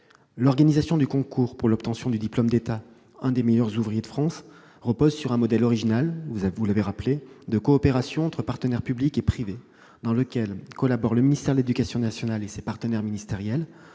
L'organisation du concours pour l'obtention du diplôme d'État « Un des meilleurs ouvriers de France » repose sur un modèle original- vous l'avez rappelé -de coopération entre partenaires publics et privés, qui réunit le ministère de l'éducation nationale et ses partenaires ministériels,